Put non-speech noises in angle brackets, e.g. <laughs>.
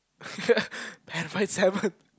<laughs> yeah pan fried salmon